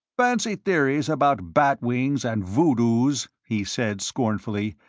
fancy theories about bat wings and voodoos, he said, scornfully,